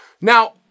Now